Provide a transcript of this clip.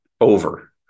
over